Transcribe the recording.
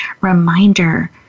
reminder